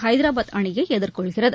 ஐதராபாத் அணியை எதிர் கொள்கிறது